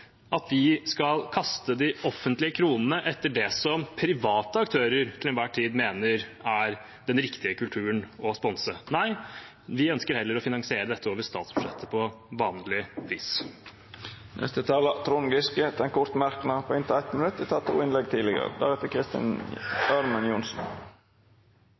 at vi skal kaste de offentlige kronene etter det som private aktører til enhver tid mener er den riktige kulturen å sponse. Vi ønsker heller å finansiere dette over statsbudsjettet, på vanlig vis. Representanten Trond Giske har hatt ordet to gonger tidlegare og får ordet til ein kort merknad, avgrensa til 1 minutt.